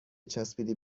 چسبیدی